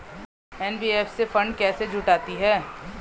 NBFC fund कैसे जुटाती है?